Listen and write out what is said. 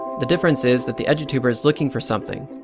the difference is that the edutuber is looking for something.